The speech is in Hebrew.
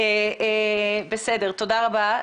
תודה רבה.